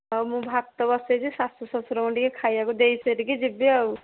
ହଉ ମୁଁ ଭାତ ବଶେଇଛି ଶାଶୁ ଶ୍ଵଶୁରଙ୍କୁ ଟିକିଏ ଖାଇବାକୁ ଦେଇସାରିକି ଯିବି ଆଉ